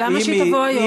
למה שהיא תובא היום?